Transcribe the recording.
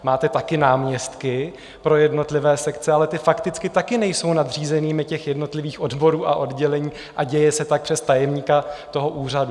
Máte taky náměstky pro jednotlivé sekce, ale ti fakticky taky nejsou nadřízenými jednotlivých odborů a oddělení a děje se tak přes tajemníka úřadu.